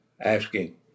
Asking